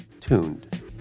TUNED